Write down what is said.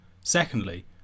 Secondly